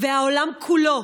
והעולם כולו.